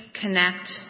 connect